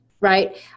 right